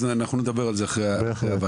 אנחנו נדבר על זה אחרי הוועדה.